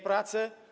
pracę.